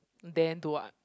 then do what